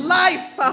life